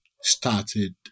started